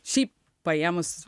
šiaip paėmus